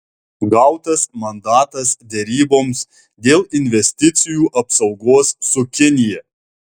gautas mandatas deryboms dėl investicijų apsaugos su kinija